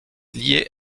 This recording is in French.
lié